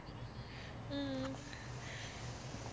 um